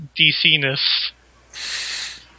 DC-ness